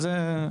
מה זה?